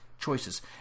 choices